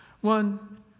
One